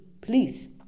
Please